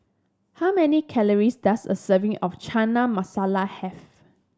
how many calories does a serving of Chana Masala have